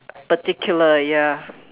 particular ya